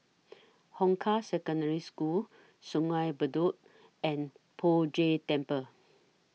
Hong Kah Secondary School Sungei Bedok and Poh Jay Temple